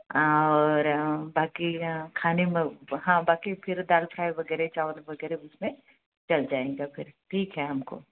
और बाकी खाने में हाँ बाकी फिर दाल फ्राई वगैरह चावल वगैरह उसमें चल जाएगा फिर ठीक है हम को